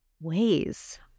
ways